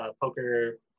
poker